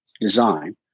design